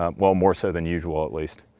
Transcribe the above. um well, more so than usual at least.